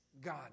God